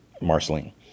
Marceline